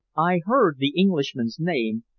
i heard the englishman's name,